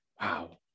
Wow